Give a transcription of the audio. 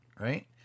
right